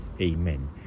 Amen